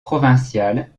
provinciale